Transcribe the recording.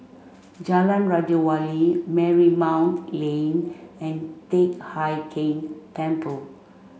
Jalan Raja Wali Marymount Lane and Teck Hai Keng Temple